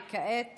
כעת